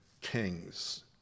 kings